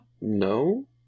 No